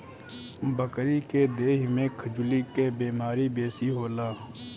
बकरी के देहि में खजुली के बेमारी बेसी होला